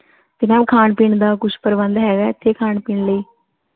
ਅਤੇ ਮੈਮ ਖਾਣ ਪੀਣ ਦਾ ਕੁੱਝ ਪ੍ਰਬੰਧ ਹੈ ਇੱਥੇ ਖਾਣ ਪੀਣ ਲਈ